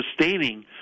sustaining